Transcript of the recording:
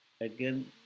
again